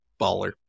Baller